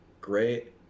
great